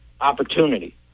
opportunity